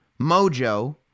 Mojo